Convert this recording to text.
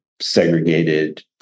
segregated